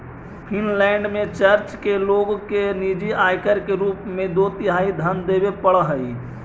Finland में church के लोग के निजी आयकर के रूप में दो तिहाई धन देवे पड़ऽ हई